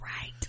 right